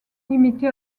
limité